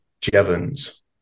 Jevons